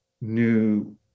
new